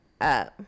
up